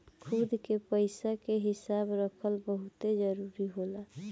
खुद के पइसा के हिसाब रखल बहुते जरूरी होला